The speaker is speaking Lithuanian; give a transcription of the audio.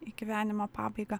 į gyvenimo pabaigą